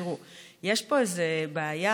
תראו, יש פה איזו בעיה.